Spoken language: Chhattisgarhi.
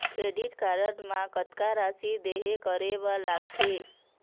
क्रेडिट कारड म कतक राशि देहे करे बर लगथे?